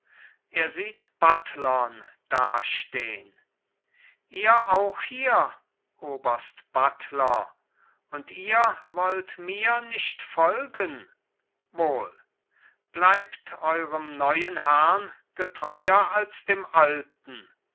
er sieht buttlern dastehn ihr auch hier oberst buttler und ihr wollt mir nicht folgen wohl bleibt eurem neuen herrn getreuer als dem alten